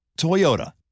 Toyota